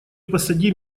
посади